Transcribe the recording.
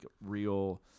real